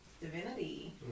divinity